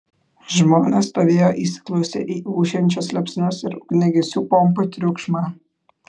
žmonės stovėjo įsiklausę į ūžiančios liepsnos ir ugniagesių pompų triukšmą